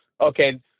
okay